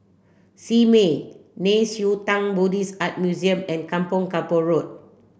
Simei Nei Xue Tang Buddhist Art Museum and Kampong Kapor Road